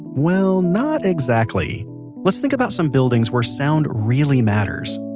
well, not exactly let's think about some buildings where sound really matters.